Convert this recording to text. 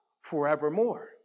forevermore